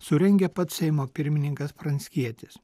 surengė pats seimo pirmininkas pranckietis